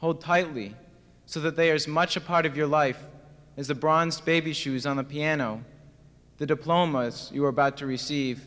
hold tightly so that they are as much a part of your life as the bronze baby shoes on the piano the diplomas you are about to receive